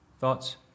Thoughts